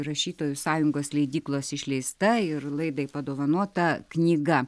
rašytojų sąjungos leidyklos išleista ir laidai padovanota knyga